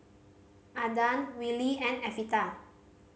Adan Willie and Evita